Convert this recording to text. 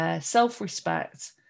self-respect